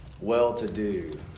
well-to-do